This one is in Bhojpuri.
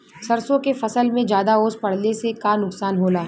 सरसों के फसल मे ज्यादा ओस पड़ले से का नुकसान होला?